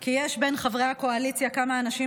כי יש בין חברי הקואליציה כמה אנשים